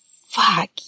Fuck